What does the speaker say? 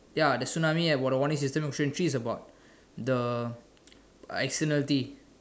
ya the tsunami about the warning system question three is about the externality